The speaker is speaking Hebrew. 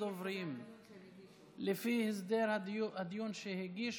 קבוצת סיעת יהדות התורה וקבוצת סיעת הציונות הדתית אינם נוכחים.